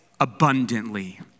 abundantly